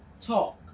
talk